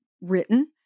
written